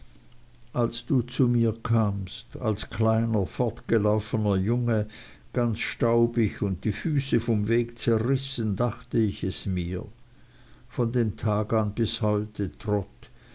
als du zu mir kamst als kleiner fortgelaufner junge ganz staubig und die füße vom weg zerrissen dachte ich es mir von dem tag an bis heute